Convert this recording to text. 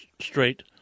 straight